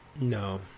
No